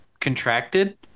contracted